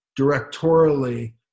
directorially